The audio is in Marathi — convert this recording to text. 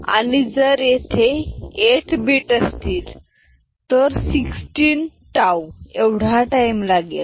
आणि जर येथे 8 bit असतील तर 16 टाऊ एवढा टाईम लागेल